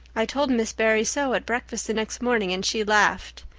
i told miss barry so at breakfast the next morning and she laughed.